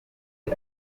ati